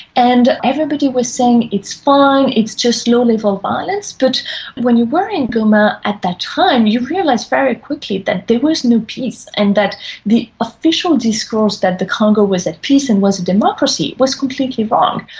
and everybody was saying, it's fine. it's just low-level violence but when you were in goma at that time you realised very quickly that there was no peace and that the official discourse that the congo was at peace and was a democracy was completely wrong.